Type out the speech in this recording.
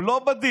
הם לא בדיל,